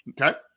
Okay